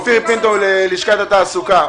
אופיר פינטו, לשכת התעסוקה.